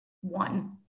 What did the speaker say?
one